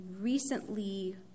recently